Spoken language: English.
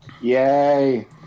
Yay